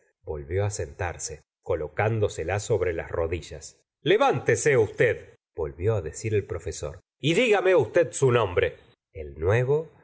volvió á sentarse colocándosela sobre las rodillas levántese usted volvió á decir el profesor y dígame usted su nombre gustavo flaubert el nuevo